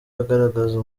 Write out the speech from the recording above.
agaragaza